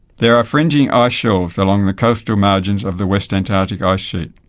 there are fringing ice shelves along the coastal margins of the west antarctic ice sheet.